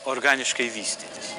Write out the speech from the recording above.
organiškai vystytis